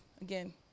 again